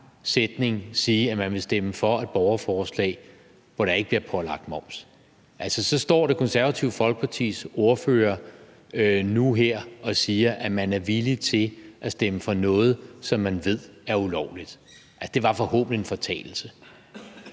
sætning sige, at man vil stemme for et borgerforslag, hvor der ikke bliver pålagt moms. Så Det Konservative Folkepartis ordfører står nu og her og siger, at man er villig til at stemme for noget, som man ved er ulovligt. Det var forhåbentlig en fortalelse.